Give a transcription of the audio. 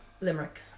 Limerick